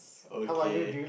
okay